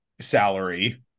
salary